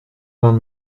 vingt